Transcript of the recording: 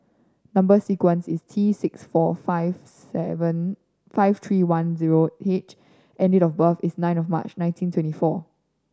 number sequence is T six four five seven five three one zero H and date of birth is nine of March nineteen twenty four